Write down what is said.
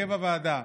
הרכב הוועדה,